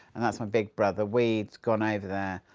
and that's my big brother, we'd gone over there